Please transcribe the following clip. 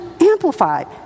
Amplified